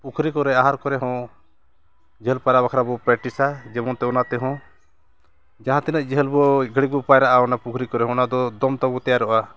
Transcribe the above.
ᱯᱩᱠᱷᱨᱤ ᱠᱚᱨᱮ ᱟᱦᱟᱨ ᱠᱚᱨᱮᱦᱚᱸ ᱡᱷᱟᱹᱞ ᱯᱟᱭᱨᱟ ᱵᱟᱠᱷᱨᱟ ᱵᱚᱱ ᱯᱨᱮᱠᱴᱤᱥᱟ ᱡᱮᱢᱚᱱᱛᱮ ᱚᱱᱟᱛᱮᱦᱚᱸ ᱡᱟᱦᱟᱸ ᱛᱤᱱᱟᱹᱜ ᱡᱷᱟᱹᱞ ᱵᱚᱱ ᱜᱷᱟᱹᱲᱤᱡ ᱵᱚ ᱯᱟᱭᱨᱟᱜᱼᱟ ᱚᱱᱟ ᱯᱩᱠᱷᱨᱤ ᱠᱚᱨᱮ ᱚᱱᱟᱫᱚ ᱫᱚᱢ ᱛᱟᱵᱚᱱ ᱛᱮᱭᱟᱨᱚᱜᱼᱟ